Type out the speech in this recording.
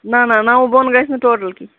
نہَ نہَ نَوٕ بۅن گژھِ نہٕ ٹوٹل کیٚنٛہہ